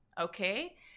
okay